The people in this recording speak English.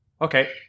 Okay